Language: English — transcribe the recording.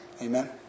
Amen